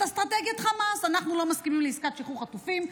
אסטרטגיית חמאס: אנחנו לא מסכימים לעסקת שחרור חטופים,